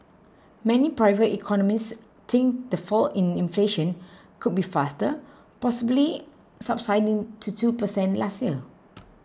many private economists think the fall in inflation could be faster possibly subsiding to two percent last year